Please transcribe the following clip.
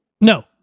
No